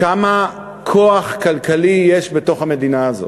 וכמה כוח כלכלי יש בתוך המדינה הזאת,